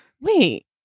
Wait